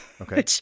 Okay